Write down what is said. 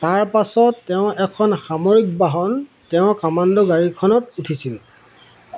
তাৰ পাছত তেওঁ এখন সামৰিক বাহন তেওঁৰ কমাণ্ডো গাড়ীখনত উঠিছিল